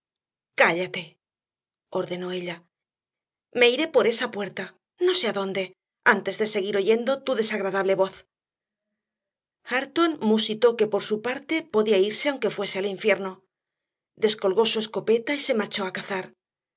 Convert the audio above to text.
cállate ordenó ella me iré por esa puerta no sé adónde antes de seguir oyendo tu desagradable voz hareton musitó que por su parte podía irse aunque fuese al infierno descolgó su escopeta y se marchó a cazar